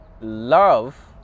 love